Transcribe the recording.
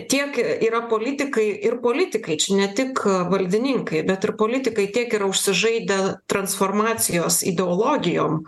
tiek yra politikai ir politikai čia ne tik valdininkai bet ir politikai tiek yra užsižaidę transformacijos ideologijom